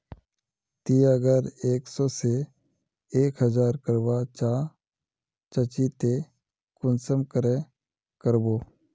ती अगर एक सो से एक हजार करवा चाँ चची ते कुंसम करे करबो?